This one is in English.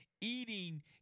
eating